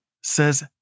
says